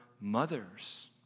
mothers